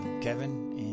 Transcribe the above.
Kevin